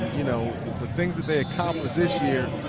you know the things that they accomplished this year,